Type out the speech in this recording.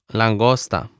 langosta